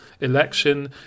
election